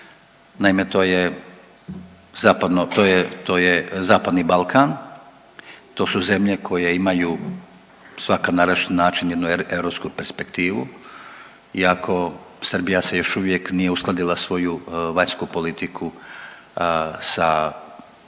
to je, to je Zapadni Balkan, to su zemlje koje imaju svaka na različiti način jednu europsku perspektivu iako Srbija se još uvijek nije uskladila svoju vanjsku politiku sa zajedničkom